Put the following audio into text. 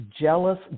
jealous